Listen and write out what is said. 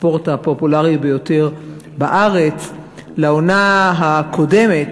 הספורט הפופולרי ביותר בארץ, לעונה הקודמת.